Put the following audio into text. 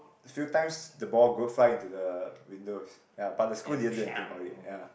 few times the ball go fly into the windows ya but the school didn't do anything about it ya